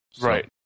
Right